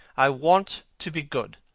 i want to be good.